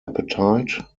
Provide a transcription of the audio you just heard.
appetite